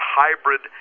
hybrid